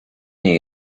nie